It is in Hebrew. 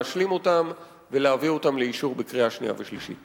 להשלים אותן ולהביא אותן לאישור בקריאה שנייה ובקריאה שלישית.